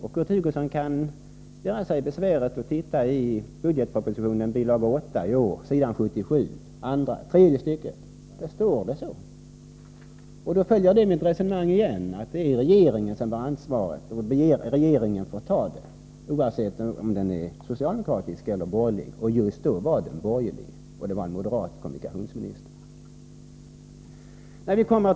Kurt Hugosson kan göra sig besväret att titta i årets budgetproposition, bilaga 8, s. 77, tredje stycket — där framgår det att det är på detta sätt. Jag följer då på nytt upp mitt resonemang att det är regeringen som bär ansvaret, och regeringen får ta det ansvaret oavsett om den är socialdemokratisk eller borgerlig. Vid det aktuella tillfället var regeringen borgerlig och kommunikationsministern var moderat.